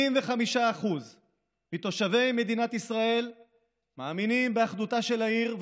75% מתושבי מדינת ישראל מאמינים באחדותה של העיר,